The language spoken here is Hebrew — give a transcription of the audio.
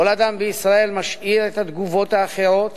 כל אדם בישראל משאיר את התגובות האחרות